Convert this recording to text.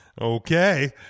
Okay